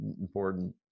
important